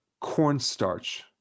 cornstarch